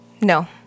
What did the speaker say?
no